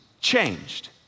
changed